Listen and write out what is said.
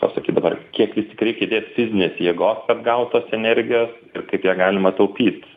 pasakyt dabar kiek vis tik reikia įdėt fizinės jėgos kad gaut tos energijos ir kaip ją galima taupyt